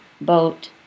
boat